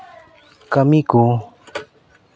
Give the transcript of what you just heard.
ᱠᱟᱹᱢᱤ ᱠᱚ